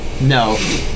No